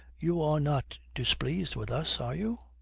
you are not displeased with us, are you?